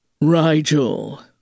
Rigel